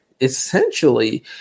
Essentially